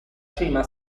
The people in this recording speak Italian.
cima